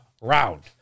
round